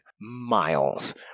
miles